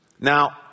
Now